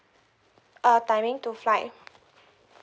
uh timing to flight